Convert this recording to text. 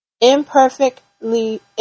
imperfectly